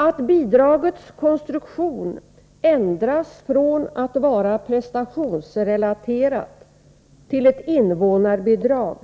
Att bidragets konstruktion ändras från att vara prestationsrelaterat till att vara ett invånarbidrag